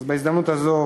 בהזדמנות הזו,